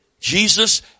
Jesus